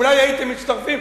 אולי הייתם מצטרפים.